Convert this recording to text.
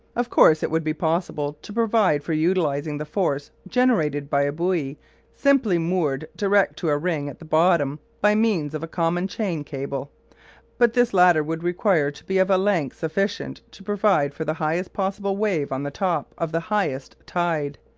of course it would be possible to provide for utilising the force generated by a buoy simply moored direct to a ring at the bottom by means of a common chain cable but this latter would require to be of a length sufficient to provide for the highest possible wave on the top of the highest tide.